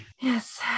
yes